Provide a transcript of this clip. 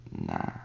Nah